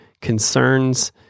concerns